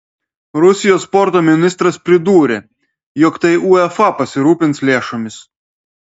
rusijos sporto ministras pridūrė jog tai uefa pasirūpins lėšomis